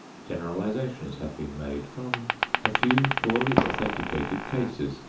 generalizations have been made from a few poorly authenticated cases,